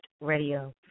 Radio